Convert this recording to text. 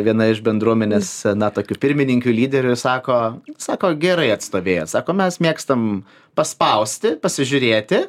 viena iš bendruomenės na tokių pirmininkių lyderių sako sako gerai atstovėjot sako mes mėgstam paspausti pasižiūrėti